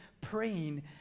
praying